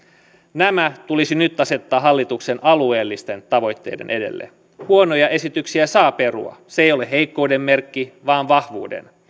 nämä tulisi nyt asettaa hallituksen alueellisten tavoitteiden edelle huonoja esityksiä saa perua se ei ole heikkouden merkki vaan vahvuuden